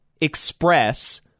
express